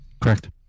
correct